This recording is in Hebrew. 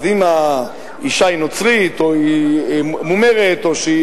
אז אם האשה היא נוצרית או מומרת או לא